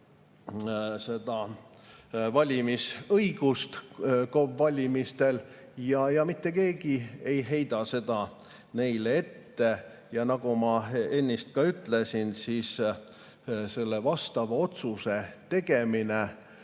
valimisõigust KOV‑i valimistel ja mitte keegi ei heida seda neile ette. Ja nagu ma ennist ütlesin, siis vastava otsuse tegemine